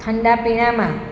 ઠંડા પીણામાં